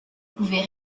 pouvais